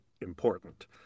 important